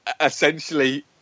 Essentially